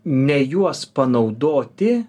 ne juos panaudoti